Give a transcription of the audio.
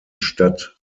stadt